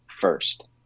first